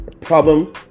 problem